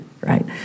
right